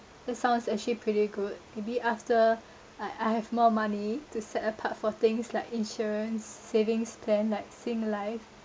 the sound's actually pretty good maybe after I I have more money to set apart for things like insurance savings plan like sing life